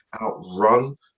out-run